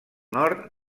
nord